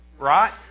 right